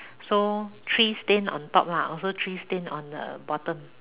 so three stain on top lah also three stain on the bottom